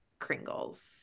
Kringles